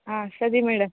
ಹಾಂ ಸರಿ ಮೇಡಮ್